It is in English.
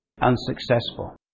unsuccessful